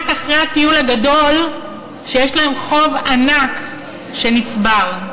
אחרי הטיול הגדול שיש להם חוב ענק שנצבר.